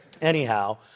Anyhow